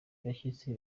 bashyitsi